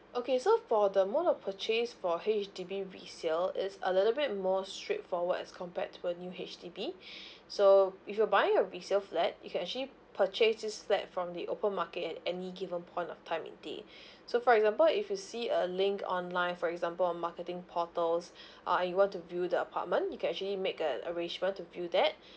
okay so for the mode of purchase for H_D_B resale is a little bit more straightforward as compared to a new H_D_B so if you're buying a resale flat you can actually purchase this flat from the open market at any given point of time and day so for example if you see a link online for example on marketing portals uh and you want to view the apartment you can actually make an arrangement to view that